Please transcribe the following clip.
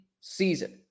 season